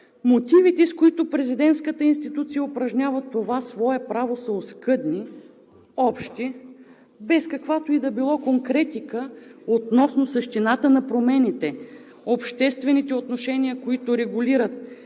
Мотивите, с които президентската институция упражнява това свое право, са оскъдни, общи, без каквато и да е било конкретика относно същината на промените – обществените отношения, които регулират, както